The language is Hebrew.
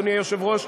אדוני היושב-ראש,